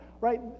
right